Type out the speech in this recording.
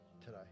today